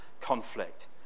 conflict